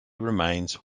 remains